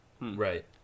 Right